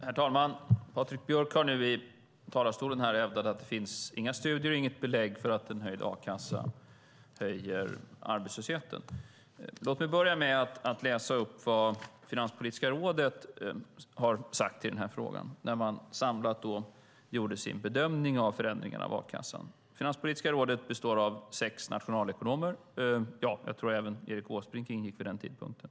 Herr talman! Patrik Björck har i talarstolen här hävdat att det inte finns några studier eller belägg för att en höjd a-kassa höjer arbetslösheten. Låt mig börja med att läsa upp vad Finanspolitiska rådet har sagt i denna fråga när det samlat gjorde sin bedömning av förändringar av a-kassan. Finanspolitiska rådet består av sex nationalekonomer - jag tror att även Erik Åsbrink ingick vid den aktuella tidpunkten.